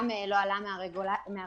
גם לא עלה מהרגולטורים,